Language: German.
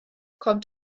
kommt